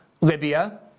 Libya